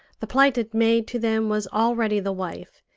the plighted maid to them was already the wife,